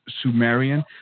Sumerian